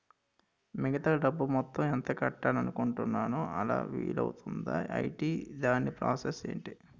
మిగతా డబ్బు మొత్తం ఎంత కట్టాలి అనుకుంటున్నాను అలా వీలు అవ్తుంధా? ఐటీ దాని ప్రాసెస్ ఎంటి?